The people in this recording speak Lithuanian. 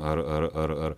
ar ar ar ar